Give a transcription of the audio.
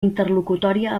interlocutòria